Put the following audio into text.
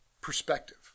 perspective